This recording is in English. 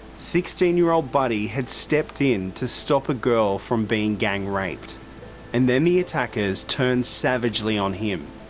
sixteen-year-old buddy had stepped in to stop a girl from being gang raped and then the attackers turned savagely on him.